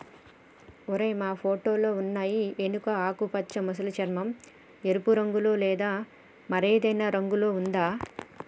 ఓరై మా ఫోటోలో ఉన్నయి ఎనుక ఆకుపచ్చ మసలి చర్మం, ఎరుపు రంగులో లేదా మరేదైనా రంగులో ఉందా